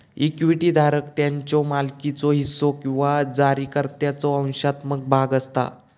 equity धारक त्याच्यो मालकीचो हिस्सो किंवा जारीकर्त्याचो अंशात्मक भाग असता